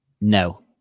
No